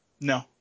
No